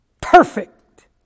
perfect